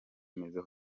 remezo